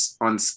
on